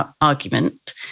argument